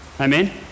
Amen